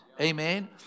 amen